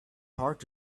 heart